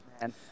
man